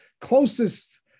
closest